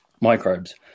microbes